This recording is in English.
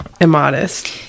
immodest